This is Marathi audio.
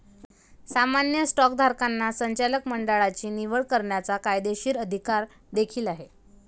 सामान्य स्टॉकधारकांना संचालक मंडळाची निवड करण्याचा कायदेशीर अधिकार देखील आहे